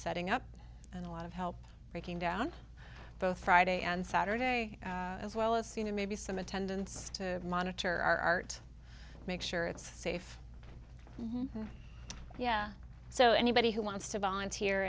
setting up and a lot of help breaking down both friday and saturday as well as see maybe some attendance to monitor our art make sure it's safe yeah so anybody who wants to volunteer